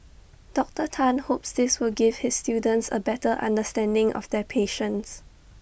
Doctor Tan hopes this will give his students A better understanding of their patients